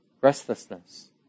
restlessness